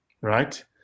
right